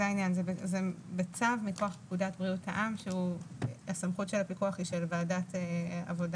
זה בצו מכוח פקודת בריאות האם וסמכות הפיקוח היא של ועדת הבריאות.